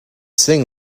sing